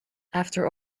after